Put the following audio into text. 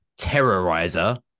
Terrorizer